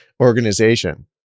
organization